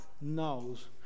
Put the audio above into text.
knows